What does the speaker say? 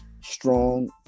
strong